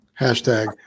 Hashtag